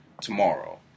tomorrow